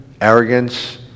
arrogance